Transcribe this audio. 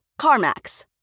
CarMax